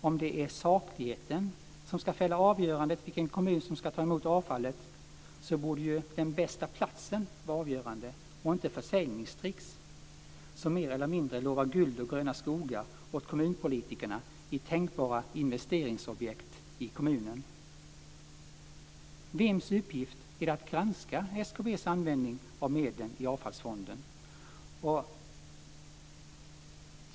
Om det är sakligheten som ska fälla avgörandet för vilken kommun som ska ta emot avfallet borde den bästa platsen vara avgörande och inte försäljningstricks som mer eller mindre lovar guld och gröna skogar åt kommunpolitikerna i tänkbara investeringsobjekt i kommunen. Vems uppgift är det att granska SKB:s användning av medlen i avfallsfonden?